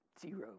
zero